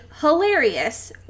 hilarious